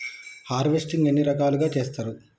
Harvesting ఎన్ని రకాలుగా చేస్తరు?